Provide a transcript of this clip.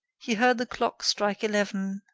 he heard the clock strike eleven,